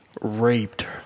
raped